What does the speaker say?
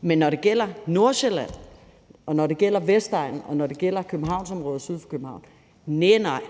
men når det gælder Nordsjælland, og når det gælder Vestegnen, og når det gælder Københavnsområdet syd for København, så næh